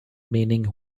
meaning